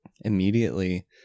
immediately